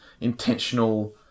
intentional